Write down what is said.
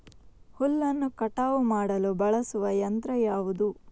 ಹುಲ್ಲನ್ನು ಕಟಾವು ಮಾಡಲು ಬಳಸುವ ಯಂತ್ರ ಯಾವುದು?